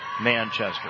Manchester